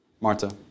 Marta